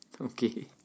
Okay